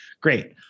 Great